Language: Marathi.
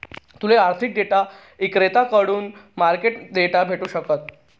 तूले आर्थिक डेटा इक्रेताकडथून मार्केट डेटा भेटू शकस